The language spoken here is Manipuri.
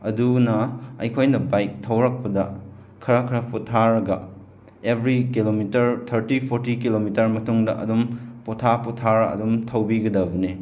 ꯑꯗꯨꯅ ꯑꯩꯈꯣꯏꯅ ꯕꯥꯏꯛ ꯊꯧꯔꯛꯄꯗ ꯈꯔ ꯈꯔ ꯄꯣꯊꯥꯔꯒ every kilometre thirty forty kilometre ꯃꯇꯨꯡꯗ ꯑꯗꯨꯝ ꯄꯣꯊꯥ ꯄꯣꯊꯥꯔ ꯑꯗꯨꯝ ꯊꯧꯕꯤꯒꯗꯕꯅꯦ